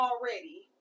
already